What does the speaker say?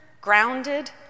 grounded